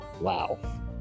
Wow